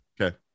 Okay